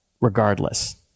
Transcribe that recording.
regardless